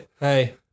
hey